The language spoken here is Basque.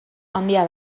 handia